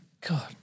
God